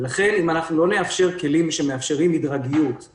לכן, אם לא נאפשר כלים שמאפשרים מדרגיות וזה